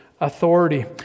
authority